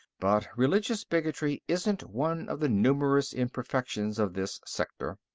but religious bigotry isn't one of the numerous imperfections of this sector.